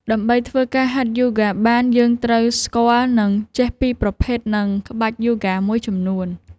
ដើម្បីធ្វើការហាត់យូហ្គាបានយើងត្រូវស្គាល់ និងចេះពីប្រភេទ និងក្បាច់យូហ្គាមួយចំនួន។